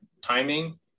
timing